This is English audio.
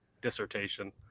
dissertation